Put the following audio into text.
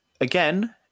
again